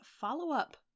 Follow-Up